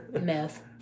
meth